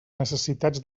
necessitats